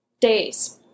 days